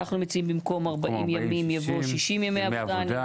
אנחנו מציעים במקום "40 ימים" יבוא "60 ימי עבודה".